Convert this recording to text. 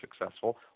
successful